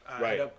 Right